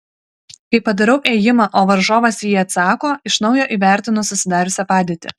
kai padarau ėjimą o varžovas į jį atsako iš naujo įvertinu susidariusią padėtį